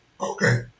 Okay